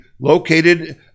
located